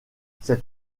cette